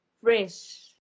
fresh